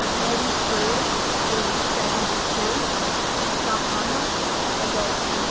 betty crews age seventy two shabhana adult,